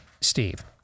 steve